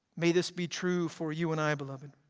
may this be true for you and i beloved.